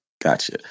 Gotcha